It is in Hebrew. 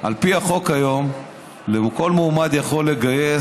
על פי החוק כיום, כל מועמד יכול לגייס